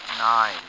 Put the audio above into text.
Nine